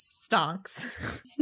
Stocks